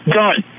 done